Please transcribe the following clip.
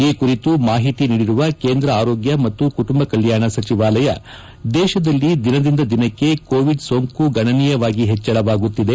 ಈ ಕುರಿತು ಮಾಹಿತಿ ನೀಡಿರುವ ಕೇಂದ್ರ ಆರೋಗ್ಯ ಮತ್ತು ಕುಟುಂಬ ಕಲ್ಕಾಣ ಸಚಿವಾಲಯ ದೇಶದಲ್ಲಿ ದಿನದಿಂದ ದಿನಕ್ಕೆ ಕೋವಿಡ್ ಸೋಂಕು ಗಣನೀಯವಾಗಿ ಹೆಚ್ಚಳವಾಗುತ್ತಿದೆ